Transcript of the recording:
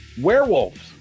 Werewolves